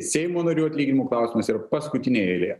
seimo narių atlyginimų klausimas yra paskutinėj eilėje